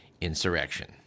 insurrection